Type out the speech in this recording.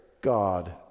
God